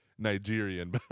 nigerian